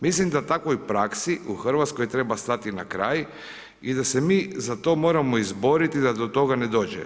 Mislim da takvoj praksi u Hrvatskoj treba stati na kraj i da se mi za to moramo izboriti da do toga ne dođe.